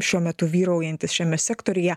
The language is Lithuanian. šiuo metu vyraujantys šiame sektoriuje